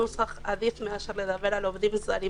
הנוסח הזה עדיף מאשר לדבר על עובדים זרים ספציפיים.